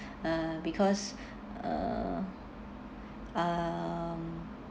uh because uh um